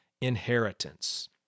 inheritance